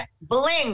bling